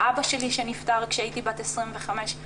אבא שלי שנפטר כשהייתי בת 25,